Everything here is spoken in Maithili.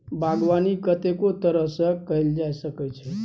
बागबानी कतेको तरह सँ कएल जा सकै छै